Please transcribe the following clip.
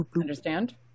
Understand